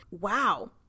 Wow